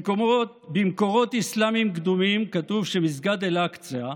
במקורות אסלאמיים קדומים כתוב שמסגד אל-אקצא,